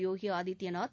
Yogi Adityanath